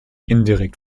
indirekt